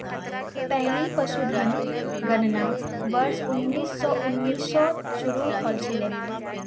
पहली पशुधन गणना वर्ष उन्नीस सौ उन्नीस त शुरू हल छिले